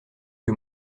que